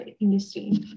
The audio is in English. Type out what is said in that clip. industry